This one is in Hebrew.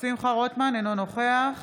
אינו נוכח